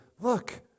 Look